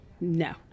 No